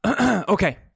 Okay